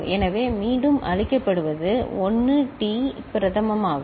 எனவே மீண்டும் அளிக்கப்படுவது 1 டி பிரதமமாகும்